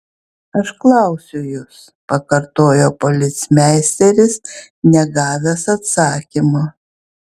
aš klausiu jus pakartojo policmeisteris negavęs atsakymo